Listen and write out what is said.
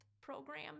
program